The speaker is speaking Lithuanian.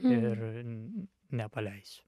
ir nepaleisiu